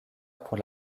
pour